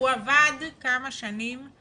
הוא עבד כמה שנים,